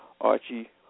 Archie